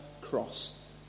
cross